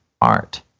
art